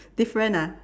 different ah